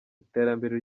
iterambere